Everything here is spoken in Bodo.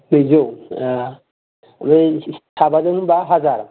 नैजौ ए बै साबाजों होमबा हाजार